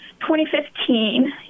2015